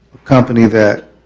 company that